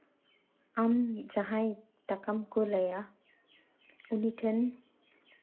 ᱟᱢ ᱡᱟᱦᱟᱸᱭ ᱴᱟᱠᱟᱢ ᱠᱩᱞ ᱟᱭᱟ ᱩᱱᱤ ᱴᱷᱮᱱ